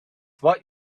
what